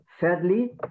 Thirdly